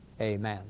amen